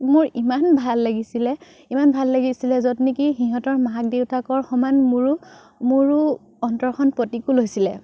মোৰ ইমান ভাল লাগিছিলে ইমান ভাল লাগিছিলে য'ত নেকি সিহঁতৰ মাক দেউতাকৰ সমান মোৰো মোৰো অন্তৰখন প্ৰতিকূল হৈছিলে